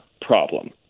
problem